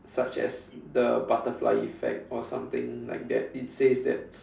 such as the butterfly effect or something like that it says that